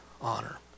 honor